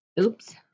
Oops